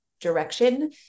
direction